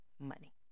money